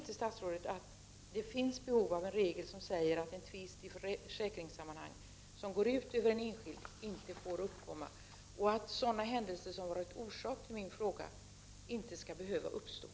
en enskild inte får uppkomma och att sådana händelser som varit orsak till min fråga inte skall behöva inträffa?